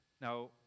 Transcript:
Now